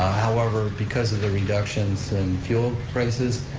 however, because of the reductions in fuel prices,